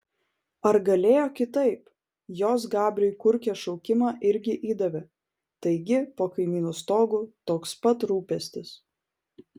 ar galėjo kitaip jos gabriui kurkė šaukimą irgi įdavė taigi po kaimynų stogu toks pat rūpestis